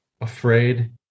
afraid